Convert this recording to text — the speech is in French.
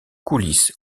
coulisses